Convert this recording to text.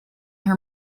her